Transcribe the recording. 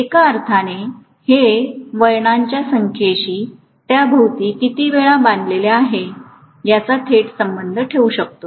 एका अर्थाने मी हे वळणांच्या संख्येशी त्याभोवती किती वेळा बांधलेले आहे याचा थेट संबंध ठेवू शकतो